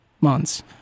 months